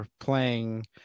playing